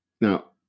Now